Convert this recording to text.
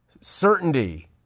certainty